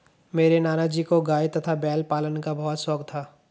मेरे नाना जी को गाय तथा बैल पालन का बहुत शौक था